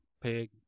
pig